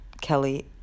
Kelly